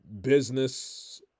business